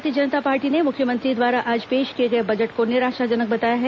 भारतीय जनता पार्टी ने मुख्यमंत्री द्वारा आज पेश किए गए बजट को निराशाजनक बताया है